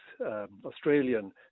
Australian